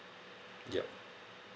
yup